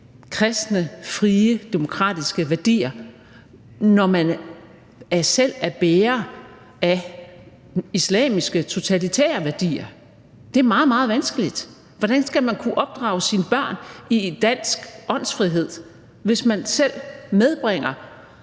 kristne, frie, demokratiske værdier, når man selv er bærer af islamiske totalitære værdier? Det er meget, meget vanskeligt. Hvordan skal man kunne opdrage sine børn i dansk åndsfrihed, hvis man selv medbringer